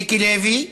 מיקי לוי,